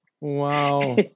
Wow